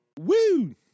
Woo